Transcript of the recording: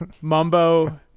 Mumbo